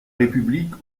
république